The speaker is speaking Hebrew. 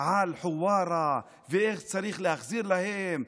על חווארה ואיך צריך להחזיר להם,